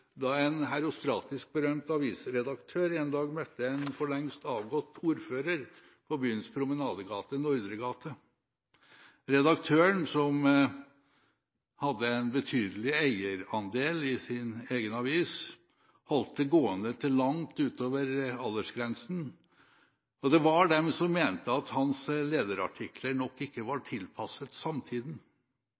da en herostratisk berømt avisredaktør en dag møtte en for lengst avgått ordfører på byens promenadegate Nordre gate. Redaktøren, som hadde en betydelig eierandel i sin egen avis, holdt det gående til langt utover aldersgrensen, og det var dem som mente at hans lederartikler nok ikke var tilpasset